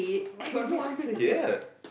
why got no answer here